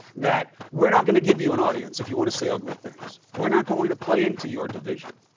that we're not going to give you an audience if you want to say ugly things. we're not going to play into your division.